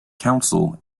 council